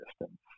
distance